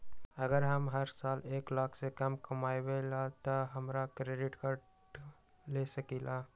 अगर हम हर साल एक लाख से कम कमावईले त का हम डेबिट कार्ड या क्रेडिट कार्ड ले सकीला?